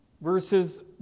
Verses